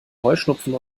heuschnupfen